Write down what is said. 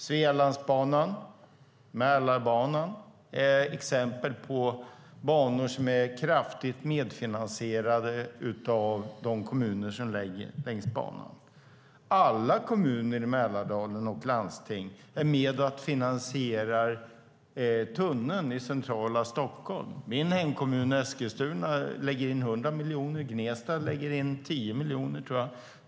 Svealandsbanan och Mälarbanan är exempel på banor som är kraftigt medfinansierade av de kommuner som ligger längs banan. Alla kommuner och landsting i Mälardalen är med och finansierar tunneln i centrala Stockholm. Min hemkommun Eskilstuna lägger in 100 miljoner. Gnesta lägger in 10 miljoner, tror jag.